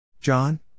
John